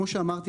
כמו שאמרתי,